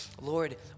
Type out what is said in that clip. Lord